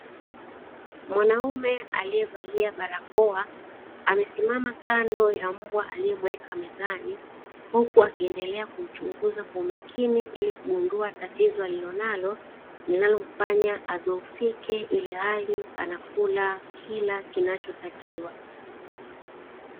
Mwanaume aliyevalia barakoa, amesimama kando ya mbwa anayemweka mezani huku akiendelea kumchunguza kwa umakini ili kugundua tatizo linalomfanya adhoofike, ilhali anakula kila kinachotakiwa.